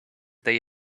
they